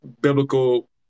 biblical